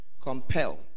Compel